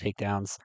takedowns